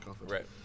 Right